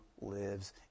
lives